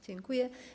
Dziękuję.